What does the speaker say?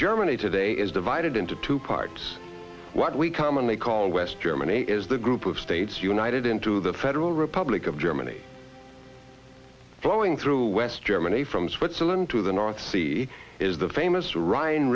germany today is divided into two parts what we commonly call west germany is the group of states united into the federal republic of germany flowing through west germany from switzerland to the north sea is the famous r